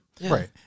Right